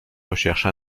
recherche